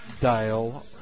Dale